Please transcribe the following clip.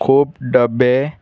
खूब डब्बे